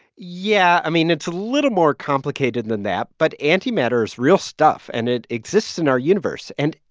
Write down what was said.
yeah. i mean, it's a little more complicated than that, but antimatter's real stuff, and it exists in our universe. and,